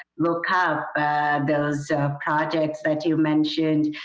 look up those projects that you mentioned,